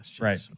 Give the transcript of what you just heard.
Right